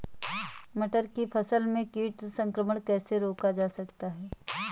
मटर की फसल में कीट संक्रमण कैसे रोका जा सकता है?